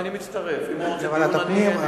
אני מצטרף, אם הוא רוצה דיון אין לי בעיה.